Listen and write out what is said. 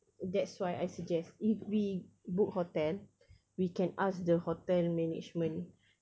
that's why I suggest if we book hotel we can ask the hotel management